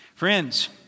Friends